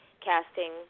casting